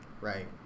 Right